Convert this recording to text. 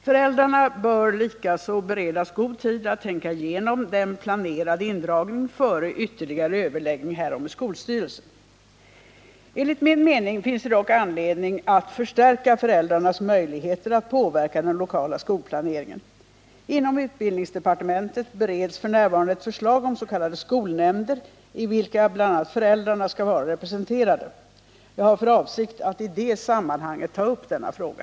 Föräldrarna bör likaså beredas god tid att tänka igenom den planerade indragningen före ytterligare överläggning härom med skolstyrelsen. Enligt min mening finns det dock anledning att förstärka föräldrarnas möjligheter att påverka den lokala skolplaneringen. Inom utbildningsdepartementet bereds f. n. ett förslag om s.k. skolnämnder, i vilka bl.a. föräldrarna skall vara representerade. Jag har för avsikt att i det sammanhanget ta upp denna fråga.